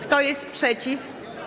Kto jest przeciw?